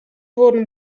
wurden